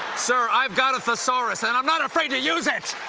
sir, i've got a thesaurus, and i am not afraid to use it.